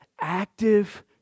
Active